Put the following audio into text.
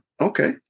Okay